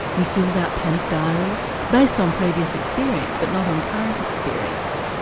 you filled out panic diaries, based on previous experience but not on current experience.